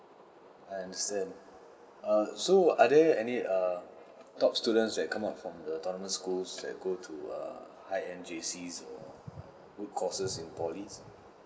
I understand uh so are there any err top students that come out from the autonomous schools that go to err high end J_C or good courses in polys